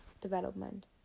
Development